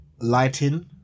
lighting